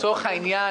לצורך העניין,